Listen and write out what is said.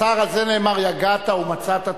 השר, על זה נאמר, יגעת ומצאת תאמין.